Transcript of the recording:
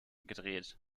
gedreht